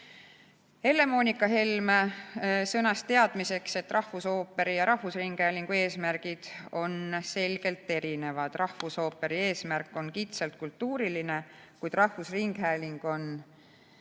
Helle-Moonika Helme sõnas teadmiseks, et rahvusooperi ja rahvusringhäälingu eesmärgid on selgelt erinevad. Rahvusooperi eesmärk on kitsalt kultuuriline, kuid rahvusringhääling on